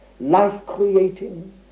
life-creating